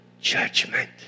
judgment